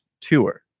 tour